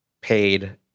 paid